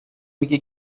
میگه